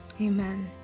Amen